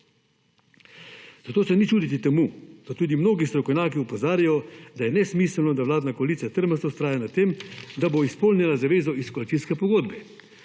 Zato se ne gre čuditi temu, da tudi mnogi strokovnjaki opozarjajo, da je nesmiselno, da vladna koalicija trmasto vztraja na tem, da bo izpolnila zavezo iz koalicijske pogodbe,